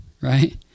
right